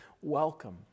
welcome